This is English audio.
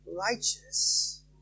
righteous